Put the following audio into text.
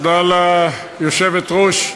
תודה ליושבת-ראש.